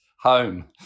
home